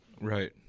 Right